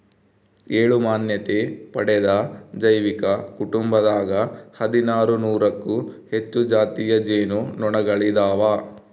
ಏಳು ಮಾನ್ಯತೆ ಪಡೆದ ಜೈವಿಕ ಕುಟುಂಬದಾಗ ಹದಿನಾರು ನೂರಕ್ಕೂ ಹೆಚ್ಚು ಜಾತಿಯ ಜೇನು ನೊಣಗಳಿದಾವ